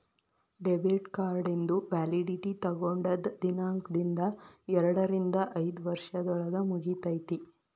debit ಕಾರ್ಡಿಂದು validity ತೊಗೊಂಡದ್ ದಿನಾಂಕ್ದಿಂದ ಎರಡರಿಂದ ಐದ್ ವರ್ಷದೊಳಗ ಮುಗಿತೈತಿ